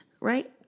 right